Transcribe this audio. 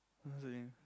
what's her name